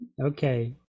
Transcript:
Okay